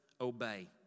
obey